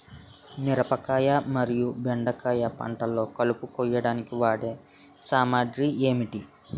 మిరపకాయ మరియు బెండకాయ పంటలో కలుపు కోయడానికి వాడే సామాగ్రి ఏమిటి?